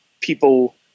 people